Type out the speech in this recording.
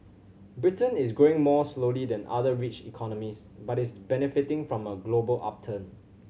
Britain is growing more slowly than other rich economies but is benefiting from a global upturn